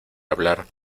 hablar